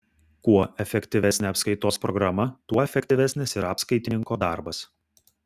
kuo efektyvesnė apskaitos programa tuo efektyvesnis ir apskaitininko darbas